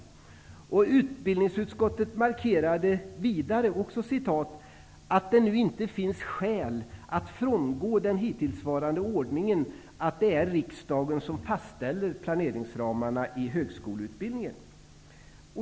Utbildningsutskottet markerade vidare ''att det nu inte finns skäl att frångå den hittillsvarande ordningen att det är riksdagen som fastställer planeringsramarna i högskoleutbildningen''.